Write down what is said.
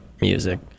music